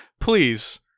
please